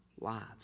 lives